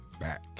back